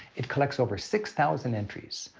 it collects over six thousand entries,